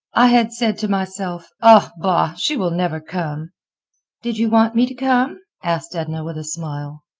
i had said to myself, ah, bah! she will never come did you want me to come? asked edna with a smile.